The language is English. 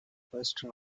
western